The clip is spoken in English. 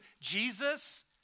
Jesus